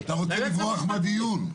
מצוין.